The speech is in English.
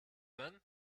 then